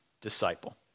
disciple